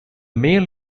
male